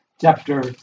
chapter